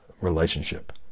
relationship